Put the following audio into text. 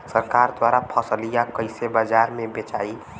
सरकार द्वारा फसलिया कईसे बाजार में बेचाई?